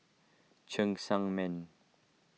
Cheng Tsang Man